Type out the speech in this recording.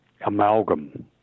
amalgam